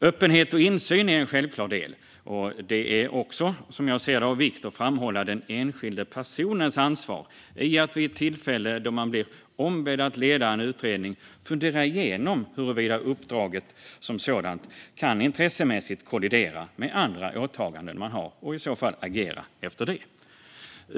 Öppenhet och insyn är en självklar del, och det är också av vikt att framhålla den enskilde personens ansvar att vid tillfälle då man blir ombedd att leda en utredning fundera igenom huruvida uppdraget som sådant intressemässigt kan kollidera med andra åtaganden och i så fall agera efter det.